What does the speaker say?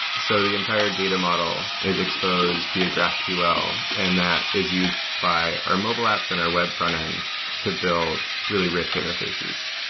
so the entire data model is exposed via graphql and that is used by our mobile apps and our web frontend to build really rich interfaces.